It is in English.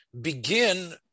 Begin